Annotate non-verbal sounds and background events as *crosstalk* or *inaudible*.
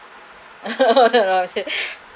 *laughs*